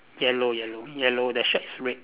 yellow yellow yellow the shirt is red